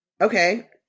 okay